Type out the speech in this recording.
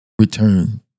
return